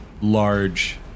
large